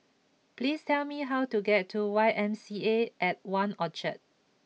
please tell me how to get to Y M C A at One Orchard